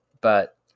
but-